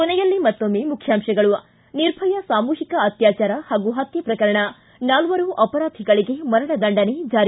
ಕೊನೆಯಲ್ಲಿ ಮತ್ತೊಮ್ಮೆ ಮುಖ್ಯಾಂಶಗಳು ನಿ ನಿರ್ಭಯಾ ಸಾಮೂಹಿಕ ಅತ್ಯಾಚಾರ ಹಾಗೂ ಹತ್ಯೆ ಪ್ರಕರಣ ನಾಲ್ವರು ಅಪರಾಧಿಗಳಿಗೆ ಮರಣದಂಡನೆ ಜಾರಿ